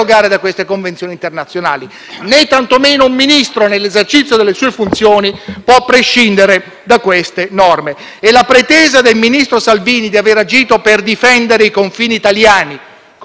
la pretesa del ministro Salvini di aver agito per difendere i confini italiani, come abbiamo letto, non ha alcun fondamento, perché questi 177 naufraghi